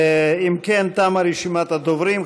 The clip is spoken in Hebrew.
אם כן, תמה רשימת הדוברים.